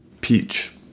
Peach